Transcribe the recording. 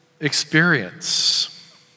experience